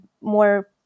more